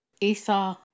Esau